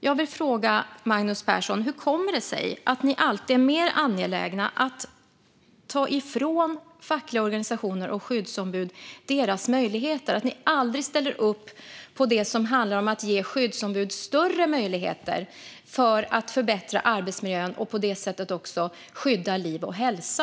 Jag vill fråga Magnus Persson: Hur kommer det sig att ni alltid är mer angelägna om att ta ifrån fackliga organisationer och skyddsombud deras möjligheter och att ni aldrig ställer upp på det som handlar om att ge skyddsombud större möjligheter att förbättra arbetsmiljön och på det sättet också skydda liv och hälsa?